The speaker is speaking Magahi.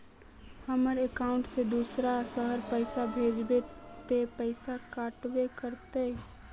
हमर अकाउंट से दूसरा शहर पैसा भेजबे ते पैसा कटबो करते?